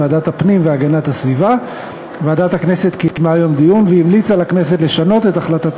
הצבעה, זו ההודעה כדלקמן: